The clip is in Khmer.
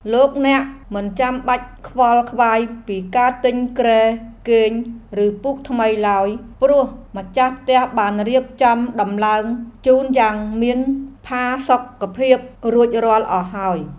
លោកអ្នកមិនចាំបាច់ខ្វល់ខ្វាយពីការទិញគ្រែគេងឬពូកថ្មីឡើយ ព្រោះម្ចាស់ផ្ទះបានរៀបចំដំឡើងជូនយ៉ាងមានផាសុកភាពរួចរាល់អស់ហើយ។